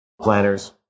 Planners